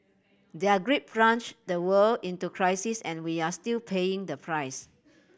their greed plunge the world into crisis and we are still paying the price